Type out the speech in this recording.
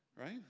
right